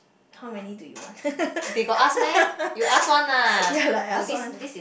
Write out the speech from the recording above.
how many do you want ya lah last one